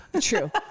true